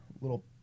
little